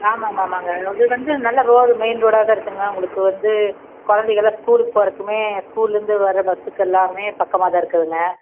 ஆமாம் ஆமாமாங்க அது வந்து நல்ல ரோடு மெயின் ரோடாக தான் இருக்குதுங்க உங்களுக்கு வந்து குழந்தைகள்லாம் ஸ்கூலுக்கு போறதுக்குமே ஸ்கூல்லிருந்து வர பஸ்ஸுக்கெல்லாமே பக்கமாகதான் இருக்குதுங்க